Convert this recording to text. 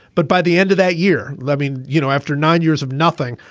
but by the end of that year, levin, you know, after nine years of nothing,